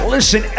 Listen